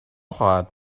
خواهد